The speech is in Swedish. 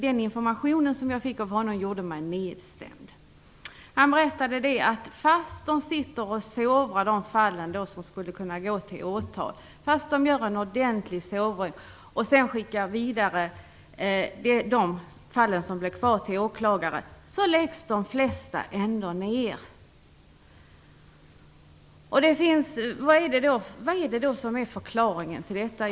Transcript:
Den information som jag fick av honom gjorde mig nedstämd. Han berättade att fast de i dag ordentligt sovrar ut de fall som skulle kunna gå till åtal och skickar dem vidare till åklagare läggs de flesta fall ändå ner. Vad är det som är förklaringen till detta?